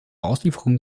auslieferung